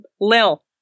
Lil